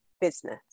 business